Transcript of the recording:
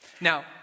Now